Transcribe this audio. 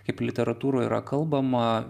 kaip literatūroj yra kalbama